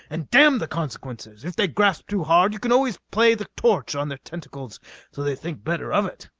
and damn the consequences. if they grip too hard you can always play the torch on their tentacles till they think better of it.